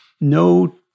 No